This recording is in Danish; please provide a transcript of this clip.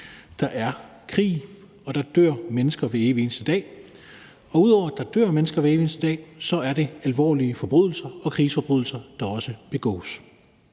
der er krig, og der dør mennesker hver evig eneste dag. Og ud over at der dør mennesker hver evig eneste dag, så er det alvorlige forbrydelser og krigsforbrydelser, der begås.